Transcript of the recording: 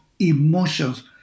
emotions